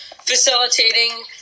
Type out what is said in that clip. facilitating